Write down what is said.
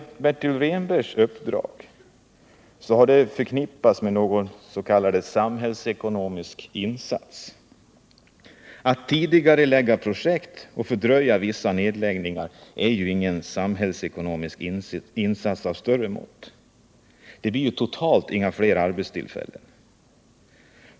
Bertil Rehnbergs uppdrag har förknippats med någon s.k. samhällsekonomisk insats. Att tidigarelägga projekt och fördröja vissa nedläggningar är emellertid inga samhällsekonomiska insatser av större mått. Det ger totalt inga fler arbetstillfällen.